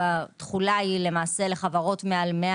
שהתחולה היא לחברות מעל 100